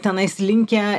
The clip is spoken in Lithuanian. tenais linkę